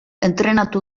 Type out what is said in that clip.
entrenatu